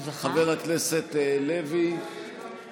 חבר הכנסת לוי,